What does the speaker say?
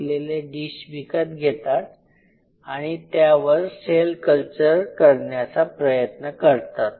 असलेले डिश विकत घेतात आणि त्यावर सेल कल्चर करण्याचा प्रयत्न करतात